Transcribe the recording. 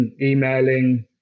emailing